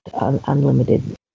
unlimited